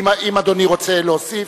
אם אדוני רוצה להוסיף,